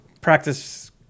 practice